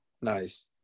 Nice